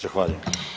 Zahvaljujem.